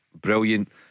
brilliant